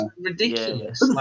ridiculous